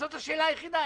זאת השאלה היחידה.